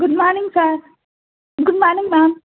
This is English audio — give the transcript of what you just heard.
good morning sir good morning ma'am